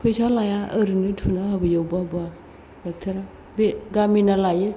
फैसा लाया ओरैनो थुना होबोयो अबेबा अबेबा ड'क्टरा गामिना लायो